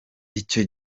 icyo